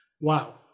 wow